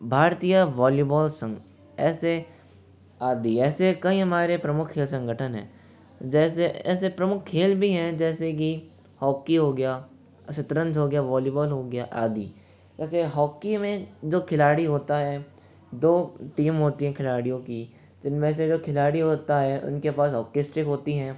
भारतीय वॉलीबॉल संघ ऐसे आदि ऐसे कई हमारे प्रमुख खेल संगठन हैं जैसे ऐसे प्रमुख खेल भी है जैसे की हॉकी हो गया शतरन्ज हो गया वॉलीबॉल हो गया आदि ऐसे हॉकी में जो खिलाड़ी होता है दो टीम होती हैं खिलाड़ियों की जिनमें से वो खिलाड़ी होता है उनके पास हॉकी स्टिक होती हैं